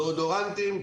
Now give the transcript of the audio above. דיאודורנטים.